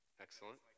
Excellent